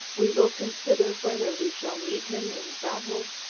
we will consider whether we shall meet him in battle,